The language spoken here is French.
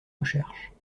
recherches